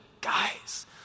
Guys